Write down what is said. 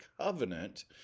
covenant